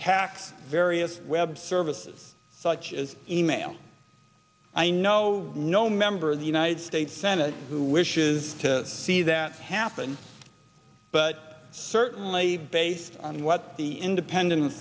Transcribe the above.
attack various web services such as e mail i know no member of the united states senate who wishes to see that happen but certainly based on what the independent